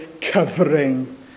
covering